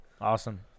Awesome